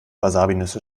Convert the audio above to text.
wasabinüsse